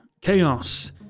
chaos